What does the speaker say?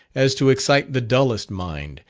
as to excite the dullest mind,